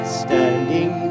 standing